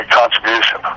contribution